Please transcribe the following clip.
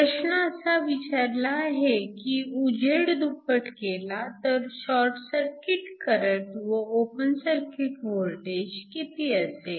प्रश्न असा विचारला आहे की उजेड दुप्पट केला तर शॉर्ट सर्किट करंट व ओपन सर्किट वोल्टेज किती असेल